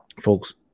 folks